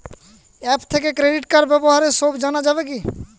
App থেকে credit কার্ডর ব্যাপারে সব জানা যাবে কি?